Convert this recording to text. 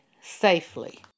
safely